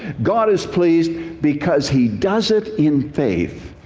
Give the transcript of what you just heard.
god is pleased because he does it in faith.